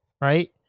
right